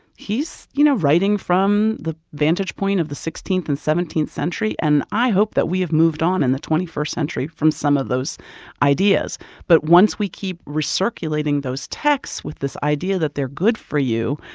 he's, you know, writing from the vantage point of the sixteenth and seventeenth century. and i hope that we have moved on in the twenty first century from some of those ideas but once we keep recirculating those texts with this idea that they're good for you,